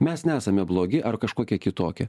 mes nesame blogi ar kažkokie kitokie